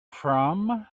from